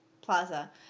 Plaza